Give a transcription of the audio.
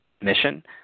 mission